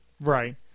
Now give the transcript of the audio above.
Right